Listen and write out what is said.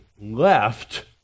left